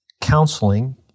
counseling